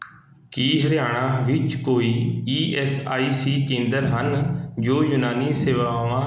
ਕੀ ਹਰਿਆਣਾ ਵਿੱਚ ਕੋਈ E S I C ਕੇਂਦਰ ਹਨ ਜੋ ਯੂਨਾਨੀ ਸੇਵਾਵਾਂ ਦੀ ਪੇਸ਼ਕਸ਼ ਕਰਦੇ ਹਨ ਅਤੇ ਖੇਤਰੀ ਦਫ਼ਤਰ ਨੂੰ ਉਹਨਾਂ ਦੇ ਕੇਂਦਰ ਦੀ ਕਿਸਮ ਵਜੋਂ ਰੱਖਦੇ ਹਨ